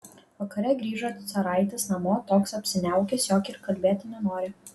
vakare grįžo caraitis namo toks apsiniaukęs jog ir kalbėti nenori